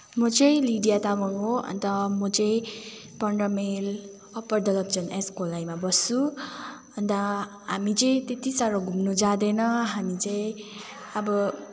म चाहिँ लिडिया तामाङ् हो अन्त म चाहिँ पन्ध्र माइल अप्पर दलकचन्द एस गोलाईमा बस्छुँ अन्त हामी चाहिँ त्यत्ति साह्रो घुम्नु जाँदैन हामी चाहिँ अब